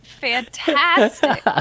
fantastic